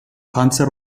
panzer